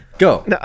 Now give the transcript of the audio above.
Go